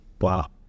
wow